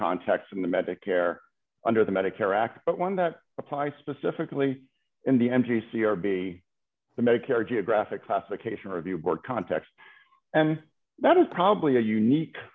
contexts in the medicare under the medicare act one that apply specifically in the n g c or be the medicare geographic classification review board context and that is probably a unique